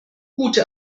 gute